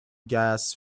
gas